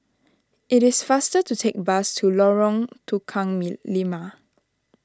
it is faster to take the bus to Lorong Tukang Lima